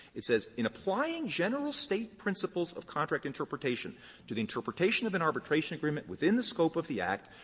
it says, in applying general state principles of contract interpretation to the interpretation of an arbitration agreement within the scope of the act,